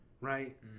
Right